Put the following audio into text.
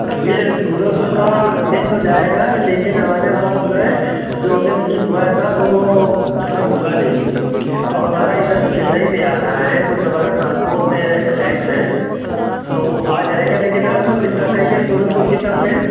ये सुरजमुखी का मिल तो जाएगा लेकिन हमारे पास में जो हमने बीज बोया था वो मतलब उगा नहीं है तो हमारा इधर चेन्नई से आ रहा है कुछ हमारा ट्रांसपोर्ट से टैक्स है तो वो आ जाएगा लेकिन आपको कितना चाहिए सूरजमुखी का पेड़